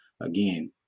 again